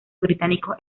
británicos